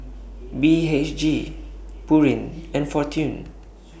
B H G Pureen and Fortune